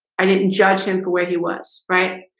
i didn't judge him for where he was, right?